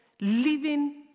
living